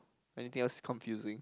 anything else confusing